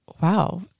wow